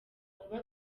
kuba